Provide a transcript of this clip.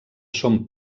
són